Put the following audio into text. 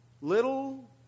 Little